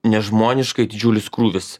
nežmoniškai didžiulis krūvis